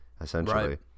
essentially